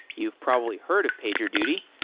you've probably heard of pagerduty.